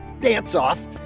dance-off